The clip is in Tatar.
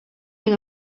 мин